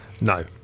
No